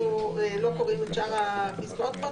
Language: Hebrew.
אנחנו לא קוראים את שאר הפסקאות פה.